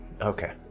Okay